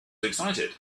excited